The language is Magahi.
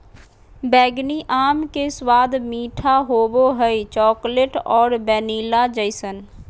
बैंगनी आम के स्वाद मीठा होबो हइ, चॉकलेट और वैनिला जइसन